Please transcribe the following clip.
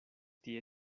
tie